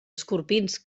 escorpins